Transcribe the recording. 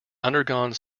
undergone